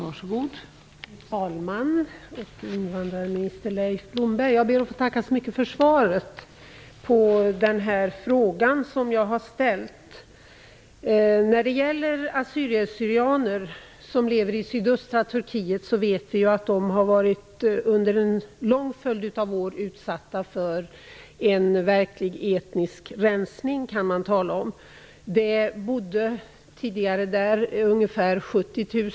Fru talman! Invandrarminister Leif Blomberg, jag ber att få tacka så mycket för svaret på min fråga. Vi vet att assyrier/syrianer som lever i sydöstra Turkiet under en lång följd av år har varit utsatta för vad som kan benämnas som en verklig etnisk rensning. Tidigare bodde ungefär 70 000 människor i det området.